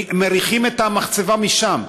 ומריחים את המחצבה משם.